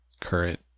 current